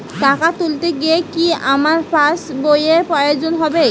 টাকা তুলতে গেলে কি আমার পাশ বইয়ের প্রয়োজন হবে?